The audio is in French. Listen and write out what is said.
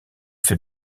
fait